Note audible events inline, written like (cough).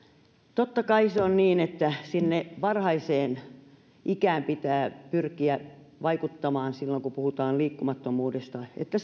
totta kai se on niin että sinne varhaiseen ikään pitää pyrkiä vaikuttamaan silloin kun puhutaan liikkumattomuudesta niin että (unintelligible)